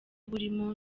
burimo